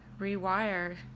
rewire